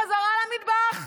חזרה למטבח,